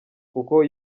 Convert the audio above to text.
kuko